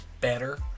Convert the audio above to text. better